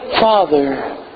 Father